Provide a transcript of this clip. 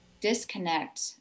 disconnect